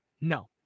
No